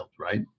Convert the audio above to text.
right